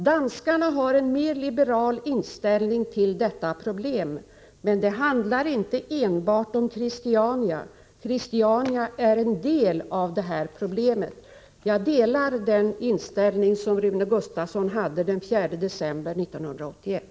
”Danskarna har en mer liberal inställning till detta problem. Men det handlar inte bara om Christiania. Christiania är en del av det här problemet.” Jag delar den inställning som Rune Gustavsson hade den 4 december 1981.